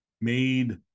made